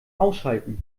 ausschalten